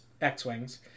X-Wings